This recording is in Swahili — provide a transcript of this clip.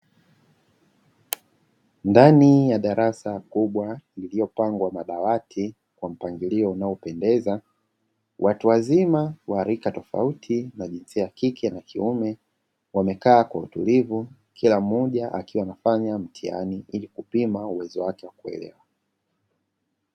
Ndani ya darasa kubwa lililopangwa madawati kwa mpangilio unaopendeza, watu wazima wa rika tofauti na jinsia ya kike na kiume wamekaa kwa utulivu kila mmoja akiwa anafanya mtihani ili kupima uwezo wake wa kuelewa.